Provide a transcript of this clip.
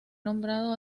nombrado